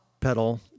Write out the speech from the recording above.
pedal